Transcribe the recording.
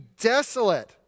desolate